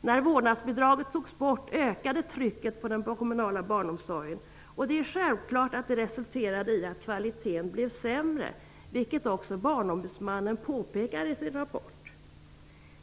När vårdnadsbidraget togs bort ökade trycket på den kommunala barnomsorgen, och det är självklart att det resulterade i att kvaliteten blev sämre, vilket också Barnombudsmannen påpekar i sin rapport.